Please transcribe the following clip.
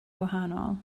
gwahanol